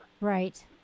Right